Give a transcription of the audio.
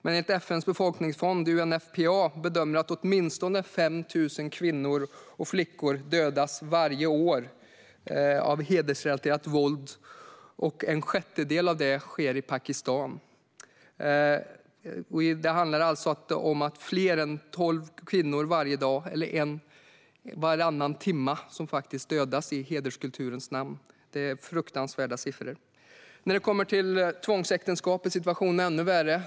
FN:s befolkningsfond UNFPA bedömer att åtminstone 5 000 kvinnor och flickor dödas varje år av hedersrelaterat våld. En sjättedel av dödsfallen sker i Pakistan. Det handlar alltså om att fler än 12 kvinnor varje dag - en varannan timme - dödas i hederskulturens namn. Det är fruktansvärda siffror. När det kommer till tvångsäktenskap är situationen ännu värre.